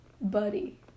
Buddy